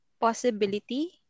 possibility